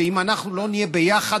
שאם אנחנו לא נהיה ביחד,